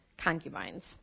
concubines